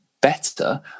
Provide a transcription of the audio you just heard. better